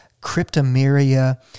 cryptomeria